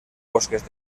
bosques